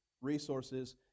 resources